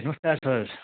नमस्कार सर